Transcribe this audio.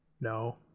No